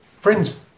Friends